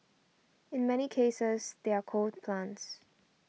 in many cases they're coal plants